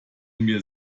mir